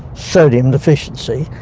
sodium deficiency,